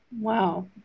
wow